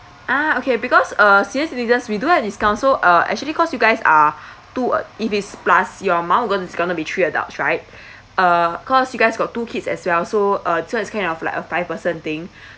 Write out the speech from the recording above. ah okay because uh senior citizens we do have discount so uh actually cause you guys are two if is plus your mum who gonna it's gonna be three adults right uh cause you guys got two kids as well so uh this [one] is kind of like a five person thing